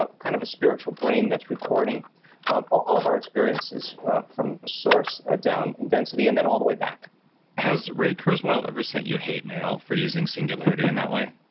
ah kind of a spiritual brain that's recording but all of our experiences ah from source ah down in density. and then all the way back has ray kurzweil ever sent you hate mail for using singularity in that way?